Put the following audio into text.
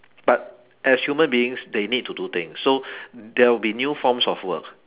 but as human beings they need to do things so there'll be new forms of work